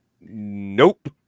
Nope